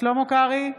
שלמה קרעי,